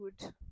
good